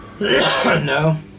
No